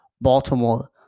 Baltimore